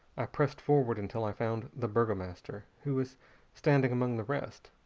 i pressed forward until i found the burgomaster, who was standing among the rest.